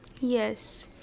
Yes